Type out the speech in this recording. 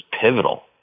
pivotal